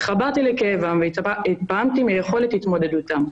התחברתי לכאבם והתפעמתי מיכולת התמודדותם.